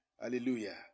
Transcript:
hallelujah